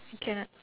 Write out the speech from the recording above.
cannot